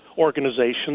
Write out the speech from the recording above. organizations